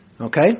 okay